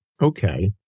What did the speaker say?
Okay